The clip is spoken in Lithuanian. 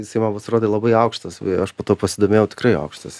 jisai man pasirodė labai aukštas aš poto pasidomėjau tikrai aukštas